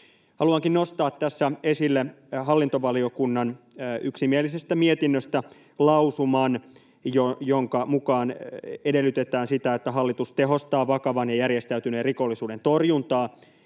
Haluankin nostaa tässä esille hallintovaliokunnan yksimielisestä mietinnöstä lausuman, jonka mukaan edellytetään sitä, että hallitus tehostaa vakavan ja järjestäytyneen rikollisuuden torjuntaa,